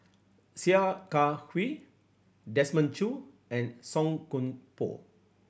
Sia Kah Hui Desmond Choo and Song Koon Poh